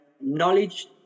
knowledge